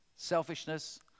Selfishness